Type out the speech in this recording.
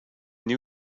new